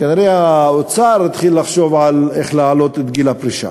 כנראה האוצר התחיל לחשוב על איך להעלות את גיל הפרישה